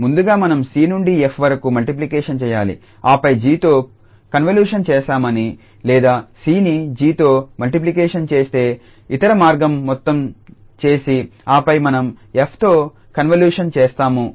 ముందుగా మనం 𝑐 నుండి 𝑓 వరకు మల్టిప్లికేషన్ చేయాలి ఆపై 𝑔తో కన్వల్యూషన్ చేస్తాము లేదా 𝑐ని 𝑔తో మల్టిప్లికేషన్ చేస్తే ఇతర మార్గం మొత్తం చేసి ఆపై మనం 𝑓తో కన్వల్యూషన్ చేస్తాము